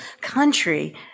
country